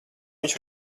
viņš